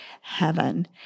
heaven